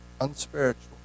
unspiritual